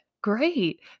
great